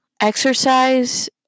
exercise